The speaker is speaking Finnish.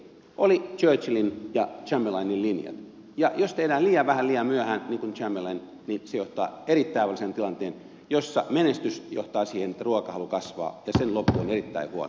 oli churchillin ja chamberlainin linjat ja jos tehdään liian vähän liian myöhään niin kuin chamberlain niin se johtaa erittäin vaaralliseen tilanteeseen jossa menestys johtaa siihen että ruokahalu kasvaa ja sen loppu on erittäin huono